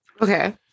okay